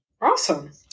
Awesome